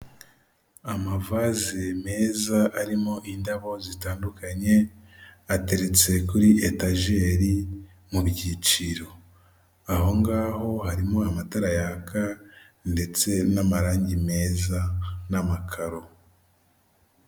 Amavase meza arimo indabo zitandukanye ateretse kuri etageri mu byiciro ahongaho harimo amatara yaka ndetse n'amarangi meza n'amakaro .